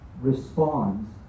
responds